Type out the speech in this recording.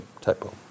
typo